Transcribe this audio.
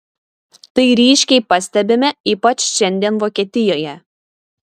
tai ryškiai pastebime ypač šiandien vokietijoje